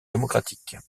démocratique